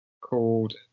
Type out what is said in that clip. called